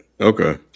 okay